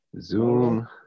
Zoom